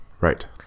Right